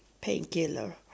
painkiller